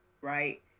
right